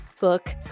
book